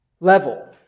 level